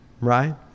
Right